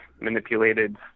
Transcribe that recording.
manipulated